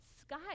sky